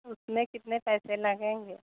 उसमें कितने पैसे लगेंगे